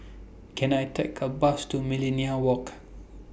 Can I Take A Bus to Millenia Walk